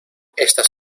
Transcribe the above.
estas